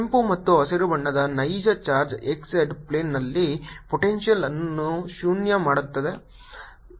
ಕೆಂಪು ಮತ್ತು ಹಸಿರು ಬಣ್ಣದ ನೈಜ ಚಾರ್ಜ್ x z ಪ್ಲೇನ್ನಲ್ಲಿ ಪೊಟೆಂಶಿಯಲ್ಅನ್ನು ಶೂನ್ಯ ಮಾಡುತ್ತದೆ